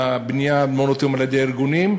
בניית מעונות-יום על-ידי ארגונים,